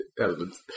elements